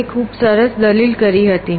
Joshi એ ખૂબ સરસ દલીલ કરી હતી